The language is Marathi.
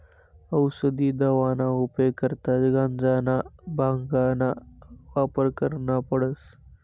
औसदी दवाना उपेग करता गांजाना, भांगना वापर करना पडस